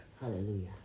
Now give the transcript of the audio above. Hallelujah